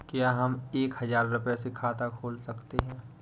क्या हम एक हजार रुपये से खाता खोल सकते हैं?